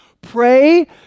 Pray